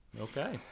okay